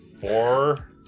Four